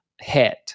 head